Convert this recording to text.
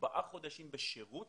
ארבעה חודשים בשירות